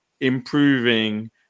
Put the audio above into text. improving